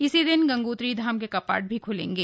इसी दिन गंगोत्री धाम के कपाट भी ख्लेंगे